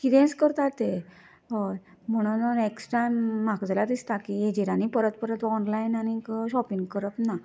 कितेंच करतात ते हय म्हणून नॅक्सट टायम म्हाका तरी दिसता हेचेर आनी परत परत ऑनलाय्न आनीक शोपींग करप ना